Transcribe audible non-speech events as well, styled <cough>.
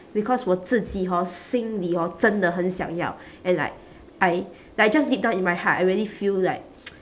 because 我自己 hor 心里 hor 真的很想要 and like I like just deep down in my heart I really feel like <noise>